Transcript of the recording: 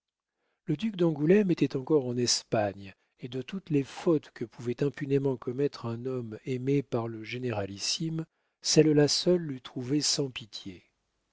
le duc d'angoulême était encore en espagne et de toutes les fautes que pouvait impunément commettre un homme aimé par le généralissime celle-là seule l'eût trouvé sans pitié